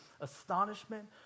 astonishment